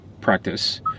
practice